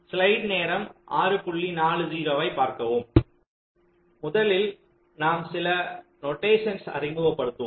முதலில் நாம் சில நொட்டேஷன்ஸ் அறிமுகப்படுத்துவோம்